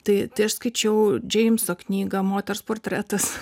tai aš skaičiau džeimso knygą moters portretas